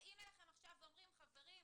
באים אליכם ואומרים: חברים,